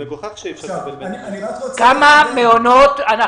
אם הם